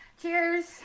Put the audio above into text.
cheers